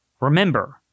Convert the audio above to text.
Remember